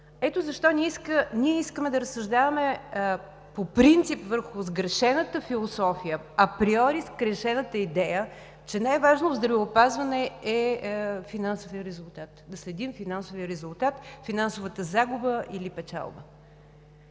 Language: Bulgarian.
Ето защо, ние искаме да разсъждаваме по принцип върху сгрешената философия, априори сгрешената идея, че най-важното в здравеопазването е да следим финансовия резултат, финансовата загуба или печалба.